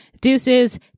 Deuces